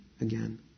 again